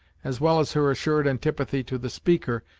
as well as her assured antipathy to the speaker,